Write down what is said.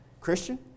Christian